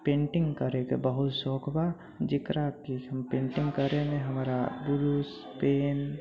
painting करैके बहुत सौख बा जकरा कि हम पेन्टिंग करैमे हमरा ब्रश पेन